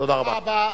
תודה רבה.